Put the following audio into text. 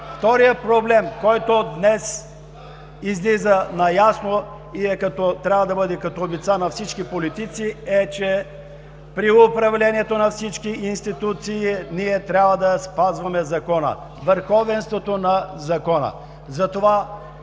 Вторият проблем, който днес излиза на ясно, и трябва да бъде като обеца на всички политици, е, че при управлението на всички институции ние трябва да спазваме закона. Върховенството на закона!